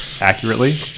Accurately